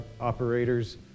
operators